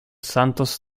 santos